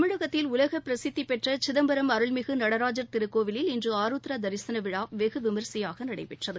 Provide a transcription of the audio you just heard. தமிழகத்தில் உலக பிரசித்தி பெற்ற சிதம்பரம் அருள்மிகு நடராஜர் திருக்கோவிலில் இன்று ஆருத்ரா தரிசன விழா வெகு விமரிசையாக நடைபெற்றது